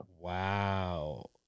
Wow